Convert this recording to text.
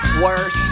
Worse